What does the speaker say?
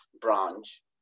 branch